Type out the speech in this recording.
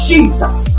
Jesus